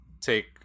take